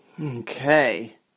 Okay